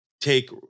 take